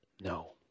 no